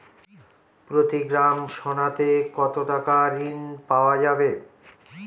প্রতি গ্রাম সোনাতে কত টাকা ঋণ পাওয়া যাবে?